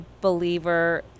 believer